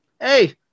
hey